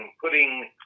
putting